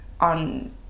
on